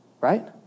right